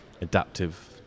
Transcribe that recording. adaptive